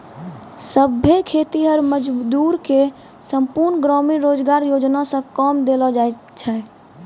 सभै खेतीहर मजदूर के संपूर्ण ग्रामीण रोजगार योजना मे काम देलो जाय छै